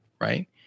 right